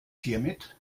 hiermit